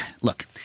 Look